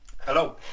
Hello